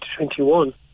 2021